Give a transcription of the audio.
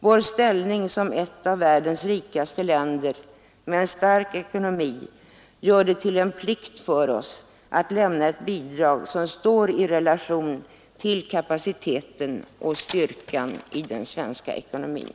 Vår ställning som ett av världens rikaste länder med en stark ekonomi gör det till en plikt för oss att lämna ett bidrag som står i relation till kapaciteten och styrkan i den svenska ekonomin.